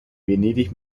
venedig